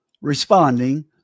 responding